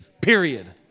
period